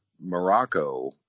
morocco